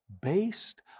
based